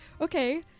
Okay